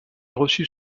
reçut